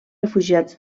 refugiats